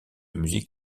musique